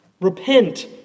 Repent